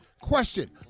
Question